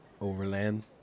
overland